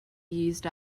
used